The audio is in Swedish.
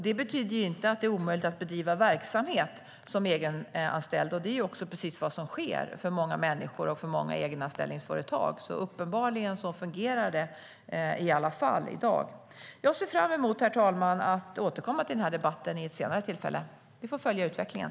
Det betyder inte att det är omöjligt att bedriva verksamhet som egenanställd. Det är också precis vad som sker för många människor och många egenanställningsföretag. Uppenbarligen fungerar det i alla fall i dag. Jag ser fram emot att återkomma till den här debatten vid ett senare tillfälle. Vi får följa utvecklingen.